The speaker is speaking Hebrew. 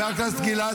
הדרך שלכם